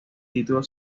título